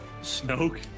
Snoke